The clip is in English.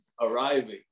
arriving